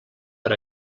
per